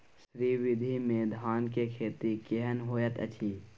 श्री विधी में धान के खेती केहन होयत अछि?